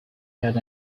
had